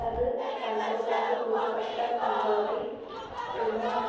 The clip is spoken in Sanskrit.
तत् कण्ट्रोल् कर्तुं बहु कष्टम् अनुभवति रिमोट्